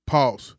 Pause